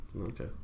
Okay